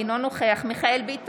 אינו נוכח מיכאל מרדכי ביטון,